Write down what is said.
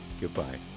Goodbye